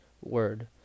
word